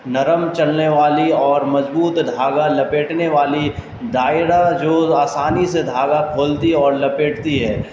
نرم چلنے والی اور مضبوط دھاگا لپیٹنے والی دائرہ جو آسانی سے دھاگا کھولتی اور لپیٹتی ہے